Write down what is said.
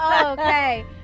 okay